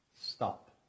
stop